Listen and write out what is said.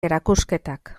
erakusketak